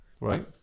right